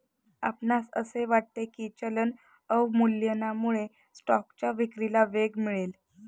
आपणास असे वाटते की चलन अवमूल्यनामुळे स्टॉकच्या विक्रीला वेग मिळेल?